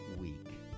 week